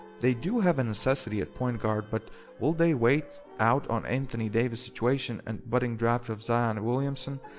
they do have a necessity at point guard, but while they wait out on anthony davis situation and budding draft of zion williamson,